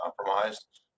compromised